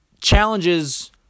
Challenges